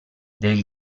del